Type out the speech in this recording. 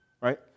right